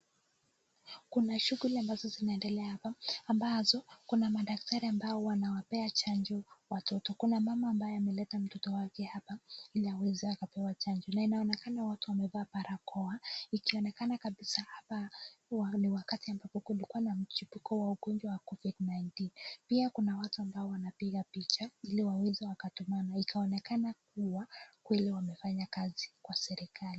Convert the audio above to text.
Kuna shughuli ambazo zinaendelea hapa ambazo kuna madaktari ambao wanawapea chanjo watoto. Kuna mama ambaye ameleta mtoto wake hapa ili aweze akapewa chanjo. Na inaonekana watu wamevaa barakoa. Ikionekana kabisa hapa ni wakati ambapo kulikuwa na mchipuko wa ugonjwa wa Covid-19 . Pia kuna watu ambao wanapiga picha ili waweze wakatuma na ikaonekana kuwa kweli wamefanya kazi kwa serikali.